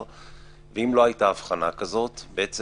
ואם לא הייתה הבחנה כזאת, ניתן,